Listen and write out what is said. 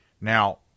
Now